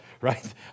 Right